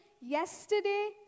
yesterday